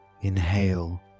inhale